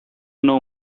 know